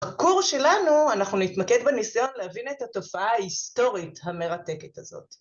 בקורס שלנו אנחנו נתמקד בניסיון להבין את התופעה ההיסטורית המרתקת הזאת.